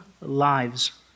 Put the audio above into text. lives